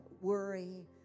worry